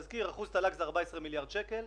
בעת מצוקה ומשבר צריך לדעת להשקיע בהם.